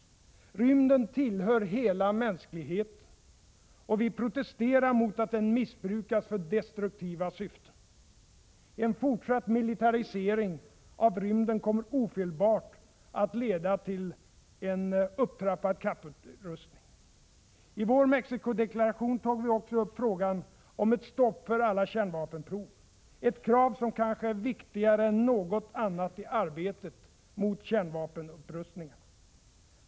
Rymden tillhör hela mänskligheten, och vi protesterar mot att den missbrukas för destruktiva syften. En fortsatt militarisering av rymden kommer ofelbart att leda till en upptrappad kapprustning. I vår Mexicodeklaration tog vi också upp frågan om ett stopp för alla kärnvapenprov — ett krav som kanske är viktigare än något annat i arbetet mot kärnvapenrustningarna.